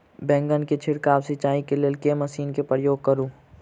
बैंगन केँ छिड़काव सिचाई केँ लेल केँ मशीन केँ प्रयोग करू?